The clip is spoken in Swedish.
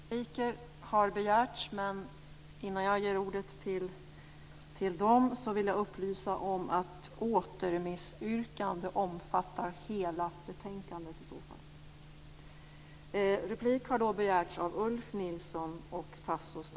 Repliker har begärts, men jag vill innan replikskiftena påbörjas upplysa om att ett återremissyrkande måste omfatta hela betänkandet.